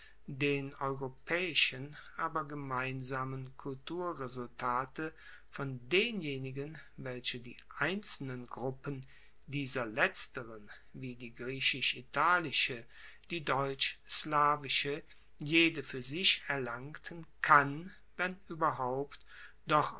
den europaeischen aber gemeinsamen kulturresultate von denjenigen welche die einzelnen gruppen dieser letzteren wie die griechisch italische die deutsch slawische jede fuer sich erlangten kann wenn ueberhaupt doch